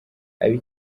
abi